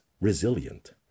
resilient